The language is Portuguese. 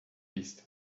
pista